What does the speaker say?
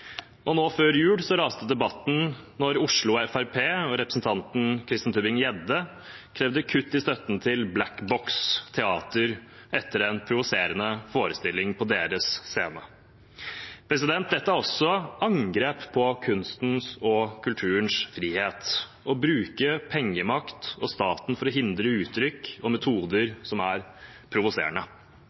Nå før jul raste debatten da Oslo FrP og representanten Christian Tybring-Gjedde krevde kutt i støtten til Black Box teater etter en provoserende forestilling på scenen. Dette er også angrep på kunstens og kulturens frihet. Å bruke pengemakt og staten for å hindre uttrykk og metoder som er provoserende,